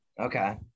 okay